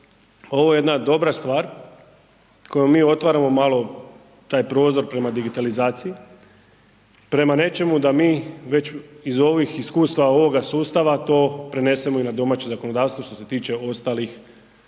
ovo jedna dobra stvar kojom mi otvaramo malo taj prozor prema digitalizaciji, prema nečemu da mi već iz ovih iskustava, ovoga sustava to prenesemo i na domaće zakonodavstvo što se tiče ostalih sustava